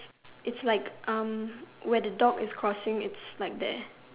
it's like um where the dog is crossing it's like there